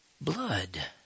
blood